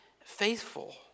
faithful